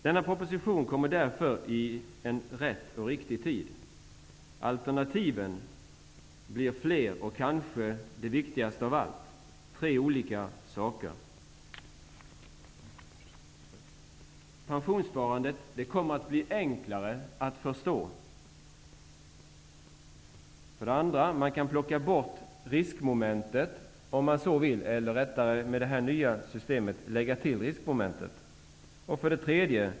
Denna proposition kommer därför i rätt och riktig tid. Alternativen blir fler och, kanske det viktigaste av allt, tre olika saker: 1. Pensionssparandet kommer att bli enklare att förstå. 2. Man kan med det nya systemet lägga till riskmomentet. 3.